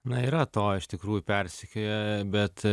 na yra to iš tikrųjų persekioja bet